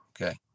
Okay